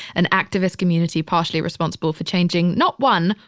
an activist community partially responsible for changing not one,